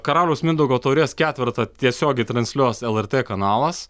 karaliaus mindaugo taurės ketvertą tiesiogiai transliuos lrt kanalas